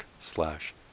slash